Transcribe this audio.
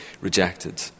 rejected